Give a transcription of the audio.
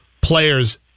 players